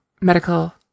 medical